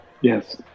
Yes